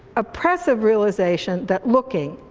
oppressive realization that looking,